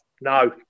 No